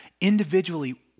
individually